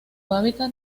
hábitat